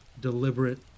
deliberate